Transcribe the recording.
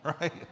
right